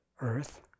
earth